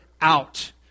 out